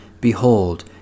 Behold